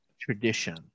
tradition